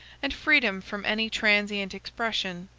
and freedom from any transient expression,